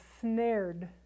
snared